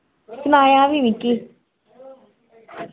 सनाया नी मिकी